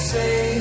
say